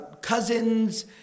cousins